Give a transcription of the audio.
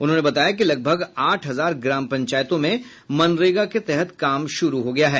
उन्होंने बताया कि लगभग आठ हजार ग्राम पंचायतों में मनरेगा के तहत काम शुरू हो गया है